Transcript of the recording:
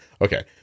Okay